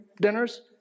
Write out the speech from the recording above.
dinners